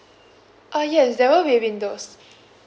uh yes there will be windows